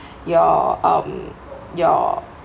your um your